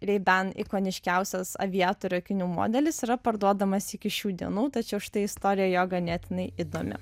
ray ban ikoniškiausias aviatorių akinių modelis yra parduodamas iki šių dienų tačiau šita istorija jo ganėtinai įdomi